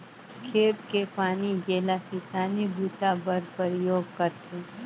खेत के पानी जेला किसानी बूता बर परयोग करथे